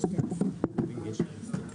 הישיבה ננעלה בשעה 11:55.